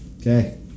Okay